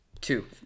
two